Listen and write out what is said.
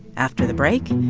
after the break,